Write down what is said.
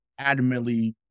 adamantly